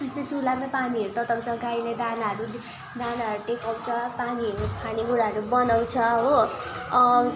त्यस्तो चुल्हामा पानीहरू तताउँछ गाईलाई दानाहरू दानाहरू टेकाउँछ पानीहरू खानेकुराहरू बनाउँछ हो